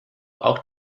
auch